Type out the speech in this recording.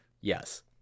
yes